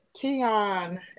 Keon